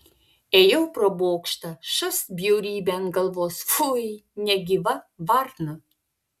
ėjau pro bokštą šast bjaurybė ant galvos fui negyva varna